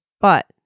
but-